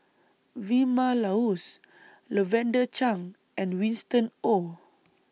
Vilma Laus Lavender Chang and Winston Oh